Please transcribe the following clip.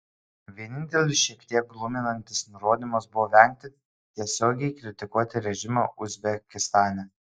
vienintelis šiek tiek gluminantis nurodymas buvo vengti tiesiogiai kritikuoti režimą uzbekistane